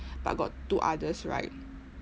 but got two others right